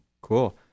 Cool